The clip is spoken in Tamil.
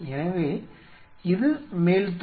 எனவே இது மேல்தோல்